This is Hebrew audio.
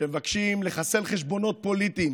שמבקשים לחסל חשבונות פוליטיים,